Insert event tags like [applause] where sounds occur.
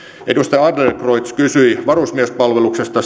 edustaja adlercreutz kysyi varusmiespalveluksesta [unintelligible]